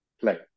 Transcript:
play